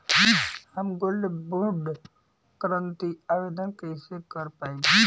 हम gold bond करतिं आवेदन कइसे कर पाइब?